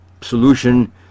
solution